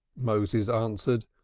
moses answered,